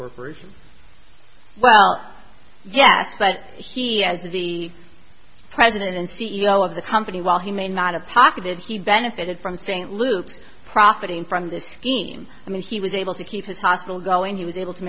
corporations well yes but he has to be president and c e o of the company while he may not have pocketed he benefited from st luke's profiting from this scheme i mean he was able to keep his hospital going he was able to